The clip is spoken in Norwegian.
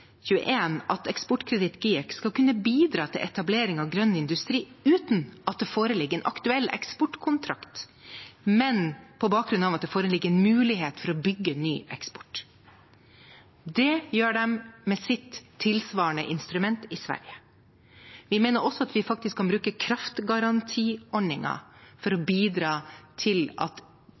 at GIEK-Eksportkreditt skal kunne bidra til etablering av grønn industri uten at det foreligger en aktuell eksportkontrakt, men på bakgrunn av at det foreligger en mulighet for å bygge ny eksport. Det gjør de med sitt tilsvarende instrument i Sverige. Vi mener også at vi faktisk kan bruke kraftgarantiordningen for å bidra til at